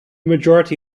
majority